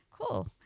Cool